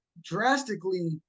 drastically